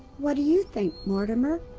what do you think, mortimer?